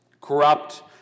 corrupt